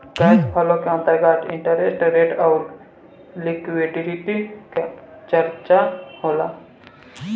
cash flow के अंतर्गत interest rate अउरी लिक्विडिटी के चरचा होला